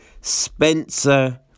Spencer